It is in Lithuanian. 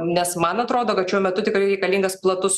nes man atrodo kad šiuo metu tikrai reikalingas platus